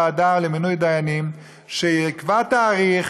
חברי הוועדה למינוי דיינים, שיקבע תאריך,